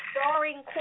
starring